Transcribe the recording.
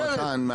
על הטבלאות,